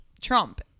Trump